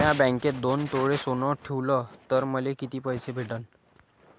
म्या बँकेत दोन तोळे सोनं ठुलं तर मले किती पैसे भेटन